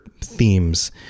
themes